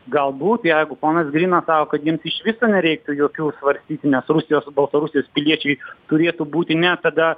galbūt jeigu ponas grina sako kad jiems iš viso nereiktų jokių svarstyti nes rusijos ir baltarusijos piliečiai turėtų būti net tada